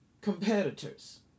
competitors